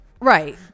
right